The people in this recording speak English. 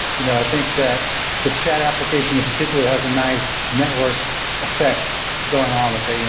you know i think that the chat application in particular has a nice network effects going on with it.